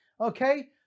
Okay